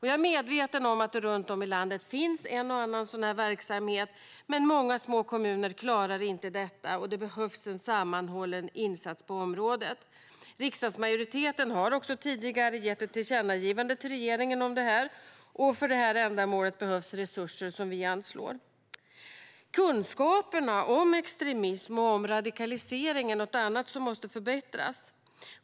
Jag är medveten om att det runt om i landet finns en och annan sådan här verksamhet, men många små kommuner klarar inte detta. Det behövs en sammanhållen insats på området. Riksdagsmajoriteten har också tidigare gjort ett tillkännagivande till regeringen om detta. För det här ändamålet behövs resurser, som vi anslår. Kunskaperna om extremism och radikalisering är något annat som måste förbättras.